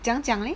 怎样讲 leh